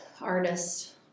artist